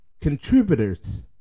contributors